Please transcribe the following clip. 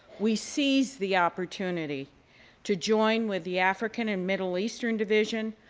we seized the opportunity to join with the african and middle eastern division,